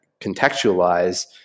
contextualize